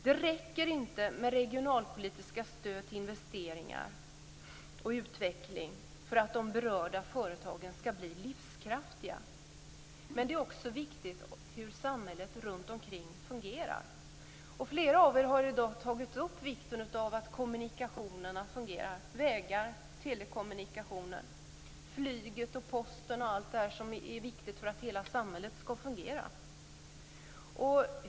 Det räcker inte med regionalpolitiska stöd till investeringar och utveckling för att de berörda företagen skall bli livskraftiga. Det är också viktigt hur samhället runt omkring fungerar. Flera har i dag tagit upp vikten av att kommunikationerna fungerar, dvs. vägar, telekommunikationer, flyget och posten och allt som är viktigt för att samhället skall fungera.